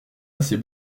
assez